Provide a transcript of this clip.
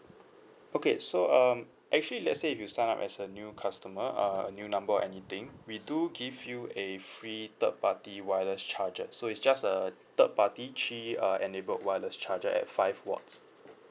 okay so um actually let's say if you sign up as a new customer uh a new number or anything we do give you a free third party wireless charger so it's just a third party three uh enabled wireless charger at five watts